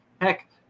heck